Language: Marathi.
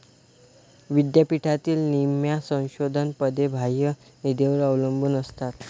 विद्यापीठातील निम्म्या संशोधन पदे बाह्य निधीवर अवलंबून असतात